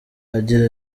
agira